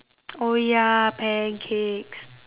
oh ya pancakes